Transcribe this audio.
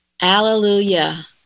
Alleluia